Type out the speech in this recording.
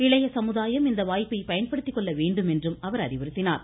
இளைய சமுதாயம் இந்த வாய்ப்பை பயன்படுத்திக்கொள்ள வேண்டும் என்றும் அவர் அறிவுறுத்தினார்